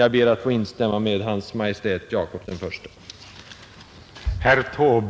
Jag ber att få instämma med hans majestät Jakob I.